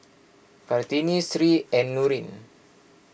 Kartini Sri and Nurin